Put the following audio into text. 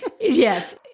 yes